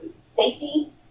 safety